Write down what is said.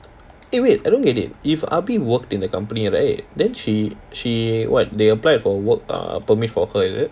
eh wait I don't get it if abi worked in the company right then she she what they applied for work err permit for her is it